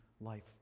life